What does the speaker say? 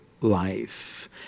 life